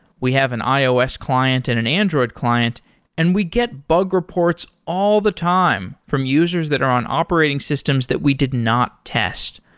we have an ios client and an android client and we get bug reports all the time from users that are on operating systems that we did not test.